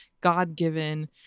God-given